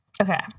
Okay